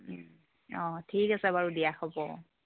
অঁ ঠিক আছে বাৰু দিয়া হ'ব অঁ